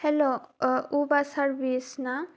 हेल' ओ अबा सारभिस ना